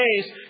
days